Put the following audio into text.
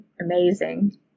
amazing